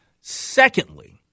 Secondly